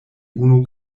unu